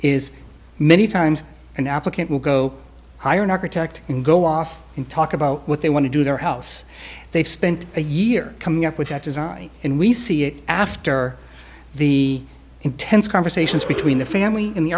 is many times an applicant will go hire an architect and go off in talk about what they want to do their house they've spent a year coming up with that design and we see it after the intense conversations between the family and the